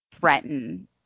threaten